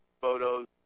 photos